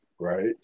right